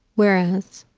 whereas